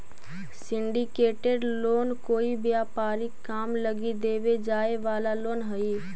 syndicated loan कोई व्यापारिक काम लगी देवे जाए वाला लोन हई